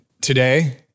today